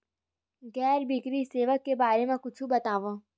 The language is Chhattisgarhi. गैर बैंकिंग सेवा के बारे म कुछु बतावव?